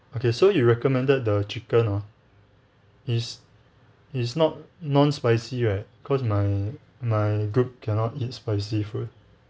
okay so you recommended the chicken ah it's it's not non spicy right because my my group cannot eat spicy food